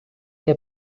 que